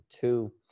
two